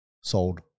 sold